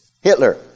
Hitler